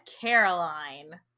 caroline